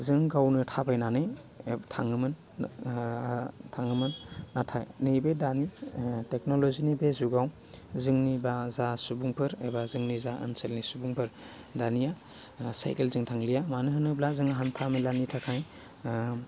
जों गावनो थाबायनानै एब थाङोमोन ओह थाङोमोन नाथाय नैबे दानि टेक्न'ल'जिनि बे जुगाव जोंनि बा जा सुबुंफोर एबा जोंनि जा ओनसोलनि सुबुंफोर दानिया साइकेलजों थांलिया मानो होनोब्ला जोङो हान्था मेलानि थाखाय